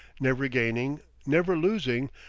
never gaining, never losing,